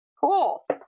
Cool